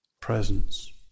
presence